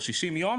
או שישים יום,